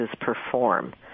perform